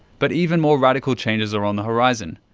but even more radical changes are on the horizon.